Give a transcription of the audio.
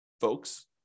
folks